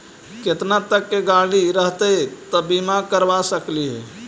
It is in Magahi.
केतना तक के गाड़ी रहतै त बिमा करबा सकली हे?